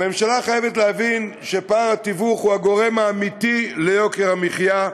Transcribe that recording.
הממשלה חייבת להבין שפער התיווך הוא הגורם האמיתי ליוקר המחיה,